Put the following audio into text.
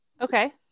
Okay